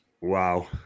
Wow